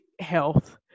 health